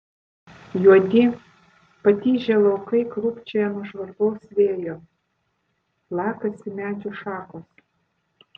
juodi patižę laukai krūpčioja nuo žvarbaus vėjo plakasi medžių šakos